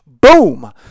boom